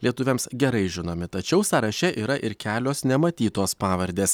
lietuviams gerai žinomi tačiau sąraše yra ir kelios nematytos pavardės